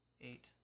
eight